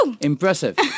impressive